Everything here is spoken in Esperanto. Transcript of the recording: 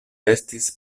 estas